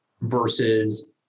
versus